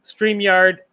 StreamYard